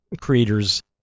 creators